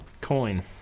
coin